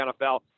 NFL